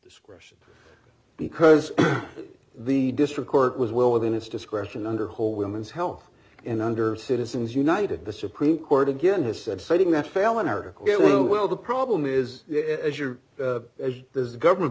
discretion because the district court was well within its discretion under whole women's health and under citizens united the supreme court again has said citing that phailin are getting well the problem is as your as the government